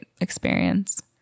experience